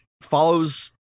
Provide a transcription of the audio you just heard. follows